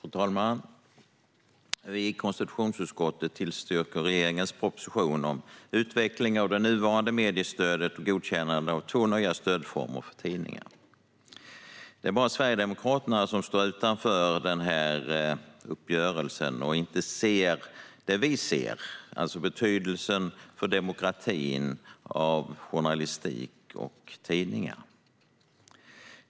Fru talman! Vi i konstitutionsutskottet tillstyrker regeringens proposition om utveckling av det nuvarande mediestödet och godkännande av två nya stödformer för tidningar. Det är bara Sverigedemokraterna som står utanför denna uppgörelse och som inte ser det vi ser, alltså journalistikens och tidningarnas betydelse för demokratin.